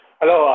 Hello